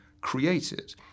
created